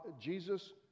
Jesus